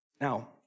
Now